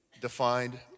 defined